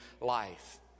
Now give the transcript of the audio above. life